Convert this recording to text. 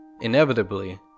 Inevitably